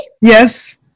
Yes